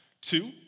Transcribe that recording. Two